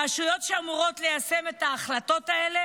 הרשויות שאמורות ליישם את ההחלטות האלה